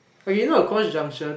or you know to cross junction